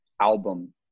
album